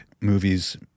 movies